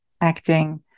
acting